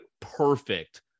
Perfect